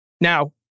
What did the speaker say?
Now